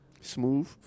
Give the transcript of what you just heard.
Smooth